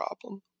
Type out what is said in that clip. problem